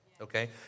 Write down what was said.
okay